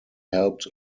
helped